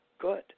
good